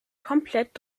komplett